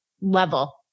level